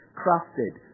crafted